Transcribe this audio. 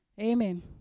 Amen